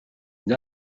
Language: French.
une